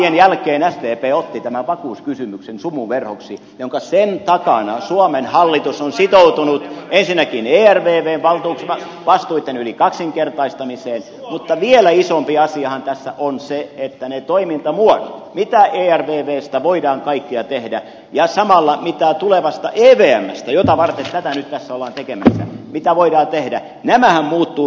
vaalien jälkeen sdp otti tämän vakuuskysymyksen sumuverhoksi ja sen takana suomen hallitus on sitoutunut ensinnäkin ervvn vastuitten yli kaksinkertaistamiseen mutta vielä isompi asiahan tässä on se että ne toimintamuodot mitä ervvstä voidaan kaikkea tehdä ja samalla mitä tulevasta evmstä jota varten tätä nyt tässä ollaan tekemässä voidaan tehdä muuttuvat radikaalisti